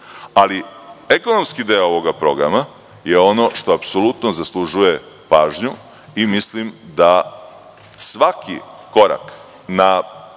ali ekonomski deo ovog programa je ono što apsolutno zaslužuje pažnju i mislim da svaki korak na